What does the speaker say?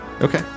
Okay